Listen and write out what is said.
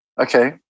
Okay